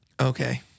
Okay